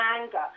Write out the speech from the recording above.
anger